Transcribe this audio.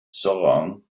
sauron